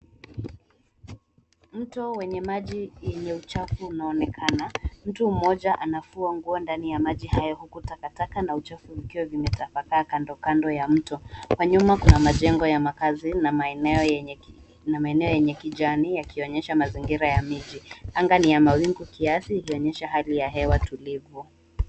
Mto wenye maji yenye uchafu unaonekana. Mtu mmoja anafua nguo ndani ya maji haya huku takataka na uchafu ikiwa imetapakaa kando kando ya mto. Kwa nyuma kuna majengo ya makazi na maeneo yenye kijani yakionyesha mazingira ya miti. Anga ni ya mawingu kiasi ikionyesha hali ya hewa tulivu.